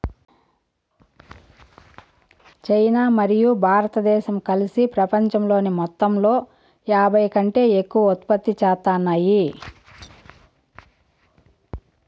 China మరియు భారతదేశం కలిసి పపంచంలోని మొత్తంలో యాభైకంటే ఎక్కువ ఉత్పత్తి చేత్తాన్నాయి